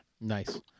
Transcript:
nice